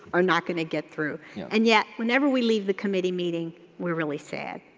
are not gonna get through and yet whenever we leave the committee meeting, we're really sad.